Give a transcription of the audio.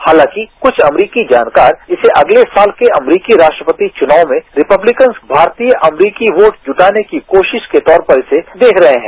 हालांकि कुछ अमरीकी जानकार इसे अगले साल के अमरीकी राष्ट्रीपति चुनाव में रिपब्लिकन्स भारतीय अमरीकी वोट जुटाने की कोशिश के तौर पर इसे देख रहे हैं